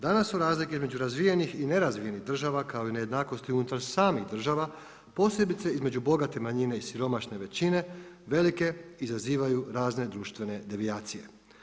Danas su razlike između razvijenih i nerazvijenih država kao i nejednakosti unutar samih država, posebice između bogate manjine i siromašne većine velike i izazivaju razne društvene devijacije.